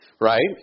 Right